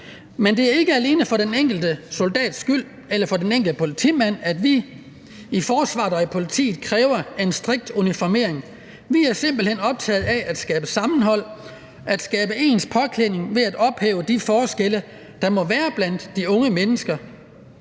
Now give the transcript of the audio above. Men det er ikke alene for den enkelte soldats skyld eller for den enkelte politimands skyld, at vi i forsvaret og politiet kræver en strikt uniformering; vi er simpelt hen optaget af at skabe sammenhold, at skabe ens påklædning ved at ophæve de forskelle, der måtte være blandt de unge mennesker,